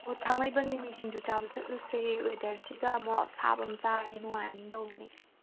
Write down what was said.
ꯑꯣ ꯊꯥꯡꯃꯩꯕꯟ ꯃꯤꯃꯤ ꯁꯤꯡꯖꯨ ꯆꯥꯕ ꯆꯠꯂꯨꯁꯦ ꯋꯦꯗꯔꯁꯤꯒ ꯃꯣꯔꯣꯛ ꯑꯁꯥꯕꯃ ꯆꯥꯔꯗꯤ ꯅꯨꯡꯉꯥꯏꯅꯤꯅ ꯇꯧꯕꯅꯦ